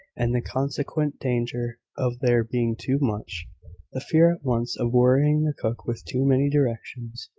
and the consequent danger of there being too much the fear at once of worrying the cook with too many directions,